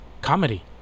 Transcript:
Comedy